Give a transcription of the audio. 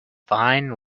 fine